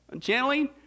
channeling